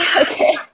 Okay